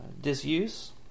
disuse